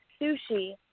sushi